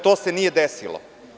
To se nije desilo.